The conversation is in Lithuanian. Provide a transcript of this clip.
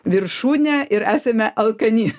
viršūnę ir esame alkani